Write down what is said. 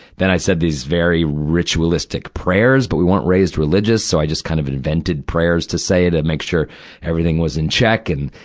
then i said these very, ritualistic prayers, but we weren't raised religious, so i just kind of invented prayers to say it, to ah make sure everything was in check. and,